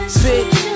bitch